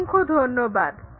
অসংখ্য ধন্যবাদ